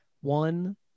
one